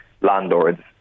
landlords